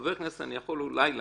חבר כנסת אני יכול אולי לעצור,